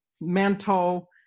mental